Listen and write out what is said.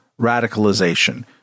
radicalization